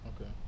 okay